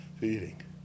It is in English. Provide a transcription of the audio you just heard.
feeding